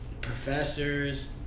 professors